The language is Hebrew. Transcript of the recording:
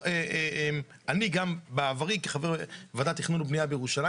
אני גם בעברי כחבר ועדת תכנון ובניה בירושלים